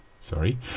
sorry